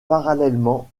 parallèlement